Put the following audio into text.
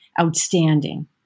outstanding